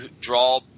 draw